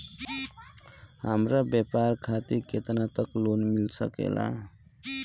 हमरा व्यापार खातिर केतना तक लोन मिल सकेला?